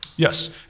Yes